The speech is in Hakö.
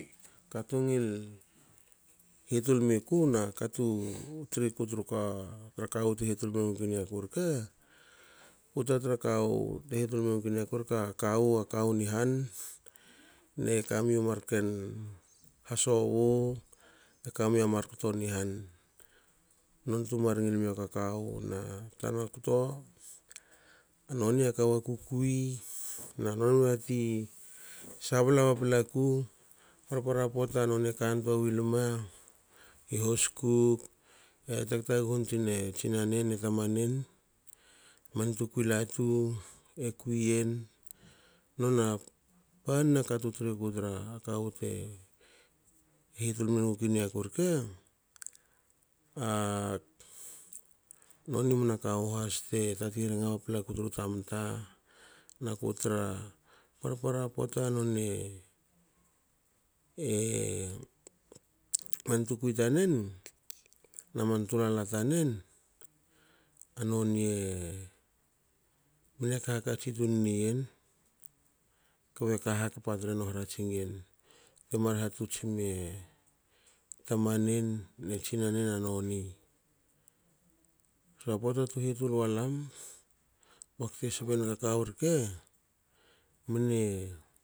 Ka tu ngil hitul mi ku na ka tu tri ioku tru kawu te hitul be enuku reke. kawei a kawu ni han ne kami u marken hasobu ne kami a markto a kawu a ku kui na noni sabla pla plaku par- para pota noni kan tua- ni ilem, i hoskuke tag taghun tua tsinane ne tamanen. Man tukui latu e kui yen, non a pan na ka tu tri iku tra kawu te hitul men muku iniaku rke. Noni mna kawu has te tatin ranga pa plaku tru tamta na ku tra parpara pota noni mne ha- hakatsin tun ien. kba ka hakpala tre no ratsingyen, te mar hatots ien e tamanen ne tsinanen na noni. so. pota te hitul wo lam ko be a kawu rke.